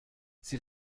sie